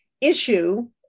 issue